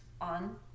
on